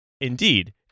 Indeed